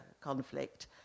conflict